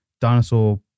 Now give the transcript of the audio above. dinosaur